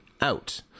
out